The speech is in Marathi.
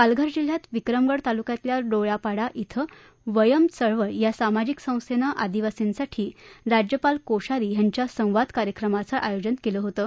पालघर जिल्ह्यात विक्रमगड तालुक्यातल्या डोयापाडा क्रि वयम चळवळ या सामाजिक संस्थेनं आदिवासींसाठी राज्यपाल कोश्यारी यांच्या संवाद कार्यक्रमाचं आयोजन केलं होतं